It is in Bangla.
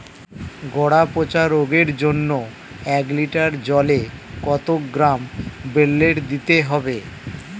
গোড়া পচা রোগের জন্য এক লিটার জলে কত গ্রাম বেল্লের দিতে হবে?